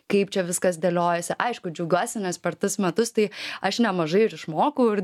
kaip čia viskas dėliojasi aišku džiaugiuosi nes per tuos metus tai aš nemažai ir išmokau ir